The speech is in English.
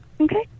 Okay